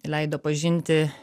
leido pažinti